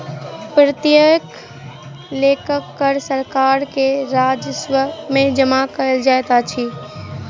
प्रत्येक लोकक कर सरकार के राजस्व में जमा कयल जाइत अछि